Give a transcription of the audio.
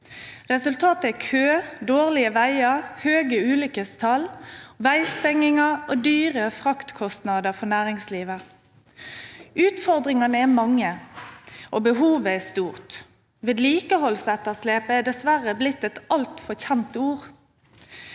Resultatet er kø, dårlige veier, høye ulykkestall, veistenginger og dyre fraktkostnader for næringslivet. Utfordringene er mange, og behovet er stort. «Vedlikeholdsetterslep» er dessverre blitt et altfor kjent ord.